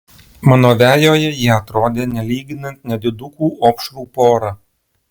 mano vejoje jie atrodė nelyginant nedidukų opšrų pora